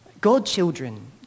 godchildren